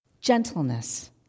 gentleness